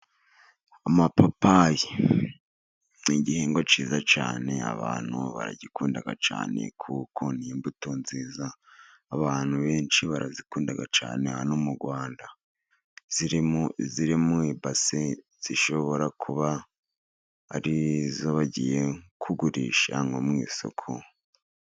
Amapapayi ni igihingwa cyiza cyane, abantu barayikunda cyane kuko ni immbuto nziza abantu benshi barazikunda cyane, hano mu Rwanda ziri mu i basi zishobora kuba arizo bagiye kugurisha nko mu isoko.